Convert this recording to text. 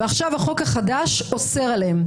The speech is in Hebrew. ועכשיו החוק החדש אוסר עליהם.